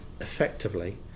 effectively